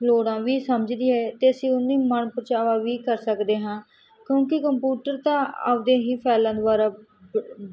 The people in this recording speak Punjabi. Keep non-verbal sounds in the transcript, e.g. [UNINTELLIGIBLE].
ਲੋੜਾਂ ਵੀ ਸਮਝਦੀ ਹੈ ਅਤੇ ਅਸੀਂ ਉਹਨੂੰ ਮਨ ਪਰਚਾਵਾ ਵੀ ਕਰ ਸਕਦੇ ਹਾਂ ਕਿਉਂਕਿ ਕੰਪੂਟਰ ਤਾਂ ਆਪਦੇ ਹੀ ਫਾਇਲਾਂ ਦੁਆਰਾ [UNINTELLIGIBLE]